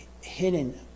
hidden